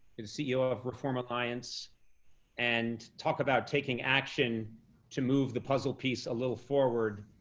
you're the ceo of reform alliance and talk about taking action to move the puzzle piece a little forward,